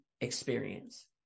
experience